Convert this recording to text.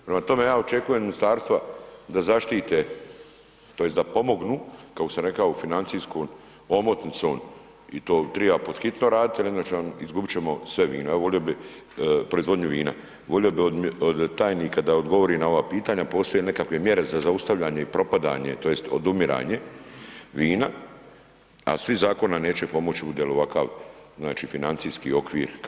Prema tome, ja očekujem od ministarstva da zaštite tj. da pomognu, kako sam rekao u financijskom omotnicom i to triba pod hitno radit jel inače izgubit ćemo sve vino, evo volio bi, proizvodnju vina, volio bi od tajnika da odgovori na ova pitanja, postoje li nekakve mjere za zaustavljanje i propadanje tj. odumiranje vina, a svi zakona neće pomoć bude li ovakav, znači, financijski okvir kakav je sad.